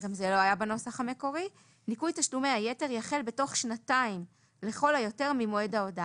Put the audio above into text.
(ד) ניכוי תשלומי היתר יחל בתוך שנתיים לכל היותר ממועד ההודעה,